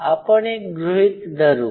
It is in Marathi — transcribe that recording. आपण एक गृहित धरू